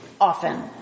often